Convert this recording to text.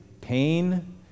pain